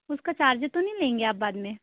उसका चार्जेस तो नहीं लेंगे आप बाद में